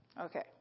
Okay